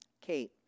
Kate